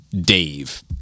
Dave